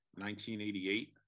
1988